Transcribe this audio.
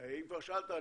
אם כבר שאלת,